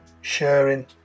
sharing